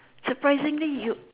surprisingly you